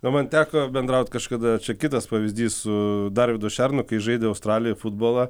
nu man teko bendraut kažkada čia kitas pavyzdys su darvydu šernu kai žaidė australijoj futbolą